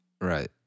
Right